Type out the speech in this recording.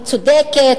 דקה.